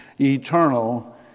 eternal